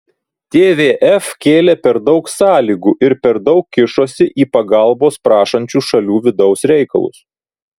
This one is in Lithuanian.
tvf kėlė per daug sąlygų ir per daug kišosi į pagalbos prašančių šalių vidaus reikalus